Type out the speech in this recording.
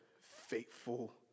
faithful